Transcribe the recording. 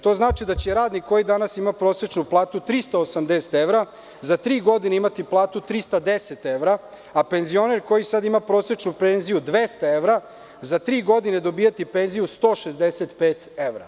To znači da će radnik koji danas ima prosečnu platu 380 evra za tri godine imati platu 310 evra, a penzioner koji sada ima prosečnu penziju 200 evra, za tri godine dobijati penziju 165 evra.